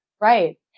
right